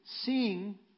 seeing